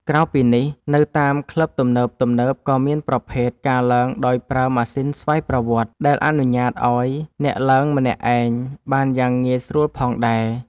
ក្រៅពីនេះ នៅតាមក្លឹបទំនើបៗក៏មានប្រភេទ ការឡើងដោយប្រើម៉ាស៊ីនស្វ័យប្រវត្តិ ដែលអនុញ្ញាតឱ្យអ្នកឡើងម្នាក់ឯងបានយ៉ាងងាយស្រួលផងដែរ។